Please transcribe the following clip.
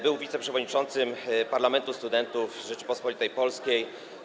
Był wiceprzewodniczącym Parlamentu Studentów Rzeczypospolitej Polskiej.